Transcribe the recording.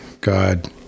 God